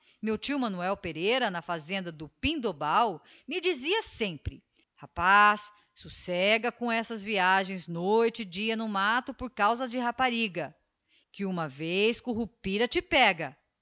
meu tio manoel pereira na íazenda do pindobal me dizia sempre rapaz socega com essas viagens noite e dia no matto por causa de rapariga que uma vez currupira te pega